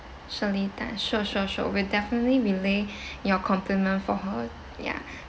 sherlitta sure sure sure we'll definitely relay your compliment for her ya